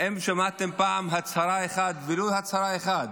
האם שמעתם פעם הצהרה אחת, ולו הצהרה אחת